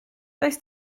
does